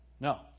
No